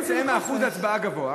כן, אצלנו אחוז ההצבעה גבוה.